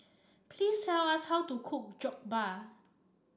please tell us how to cook Jokbal